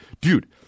Dude